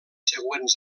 següents